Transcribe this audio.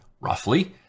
roughly